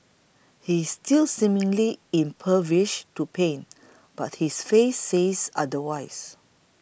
he's still seemingly impervious to pain but his face says otherwise